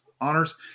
honors